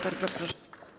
Bardzo proszę.